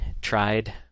tried